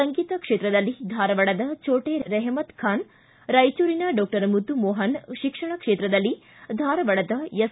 ಸಂಗೀತ ಕ್ಷೇತ್ರದಲ್ಲಿ ಧಾರವಾಡದ ಭೋಟೆ ರೆಹಮತ್ ಖಾನ್ ರಾಯಚೂರಿನ ಡಾಕ್ಟರ್ ಮುದ್ದುಮೋಹನ ಶಿಕ್ಷಣ ಕ್ಷೇತ್ರದಲ್ಲಿ ಧಾರವಾಡದ ಎಸ್